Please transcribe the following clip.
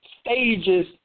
stages